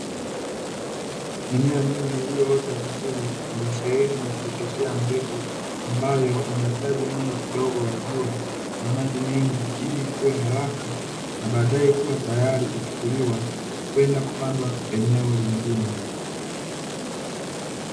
Mimea mingi iliyoota vizuri kwenye sehemu ya kuooteshea mbegu, ambayo inahitaji mwanga kidogo wa jua na maji mengi, ili ikue haraka na baadae kuwa tayari kuchukuliwa kwenda kupandwa eneo lingine.